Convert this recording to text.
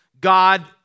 God